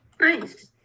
Nice